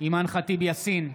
אימאן ח'טיב יאסין,